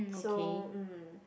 so um